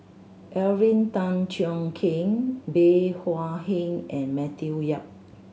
Alvin Tan Cheong Kheng Bey Hua Heng and Matthew Yap